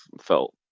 felt